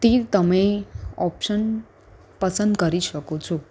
તે તમે ઓપ્શન પસંદ કરી શકો છો